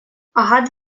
агат